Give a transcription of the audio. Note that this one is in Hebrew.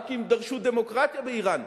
רק אם דרשו דמוקרטיה באירן,